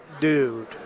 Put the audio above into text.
dude